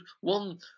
One